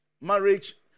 Marriage